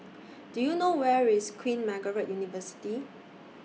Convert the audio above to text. Do YOU know Where IS Queen Margaret University